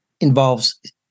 involves